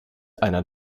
einer